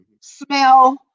smell